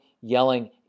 yelling